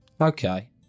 Okay